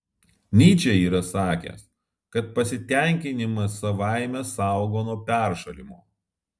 nyčė yra sakęs kad pasitenkinimas savaime saugo nuo peršalimo